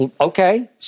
Okay